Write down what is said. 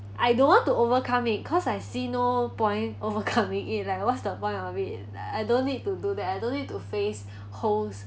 I don't want to overcome it cause I see no point overcoming it like what's the point of it I don't need to do that I don't need to face holes